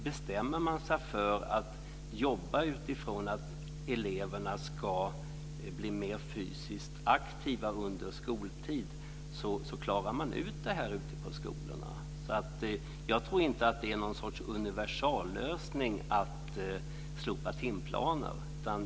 Bestämmer man sig för att jobba utifrån att eleverna ska bli mer fysiskt aktiva under skoltid klarar man ut det här ute på skolorna. Jag tror inte att det är någon sorts universallösning att slopa timplanen.